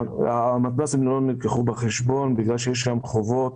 המתנ"סים לא נלקחו בחשבון בגלל שיש להם חובות